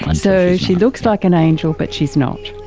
so she looks like an angel but she is not.